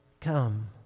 come